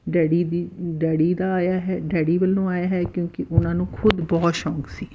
daddy ਦੀ daddy ਦਾ ਆਇਆ ਹੈ ਡੈਡੀ ਵੱਲੋਂ ਆਇਆ ਹੈ ਕਿਉਂਕਿ ਉਹਨਾਂ ਨੂੰ ਖੁਦ ਬਹੁਤ ਸ਼ੌਂਕ ਸੀ